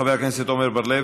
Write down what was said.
חבר הכנסת עמר בר-לב,